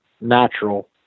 natural